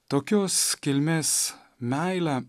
tokios kilmės meilę